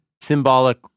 Symbolic